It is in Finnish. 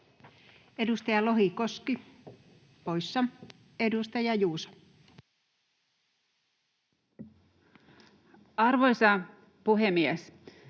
Edustaja Lohikoski poissa. — Edustaja Juuso. [Speech